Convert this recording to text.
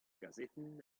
gazetenn